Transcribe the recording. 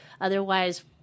Otherwise